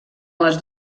les